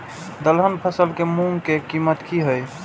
दलहन फसल के मूँग के कीमत की हय?